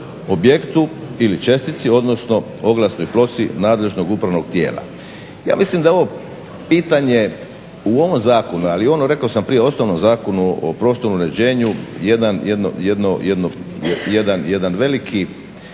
objektu ili čestici odnosno oglasnoj ploči nadležnog upravnog tijela. Ja mislim da je ovo pitanje u ovom zakonu, ali i ono rekao sam prije osnovnom zakonu o prostornom uređenju jedan veliki